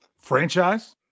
Franchise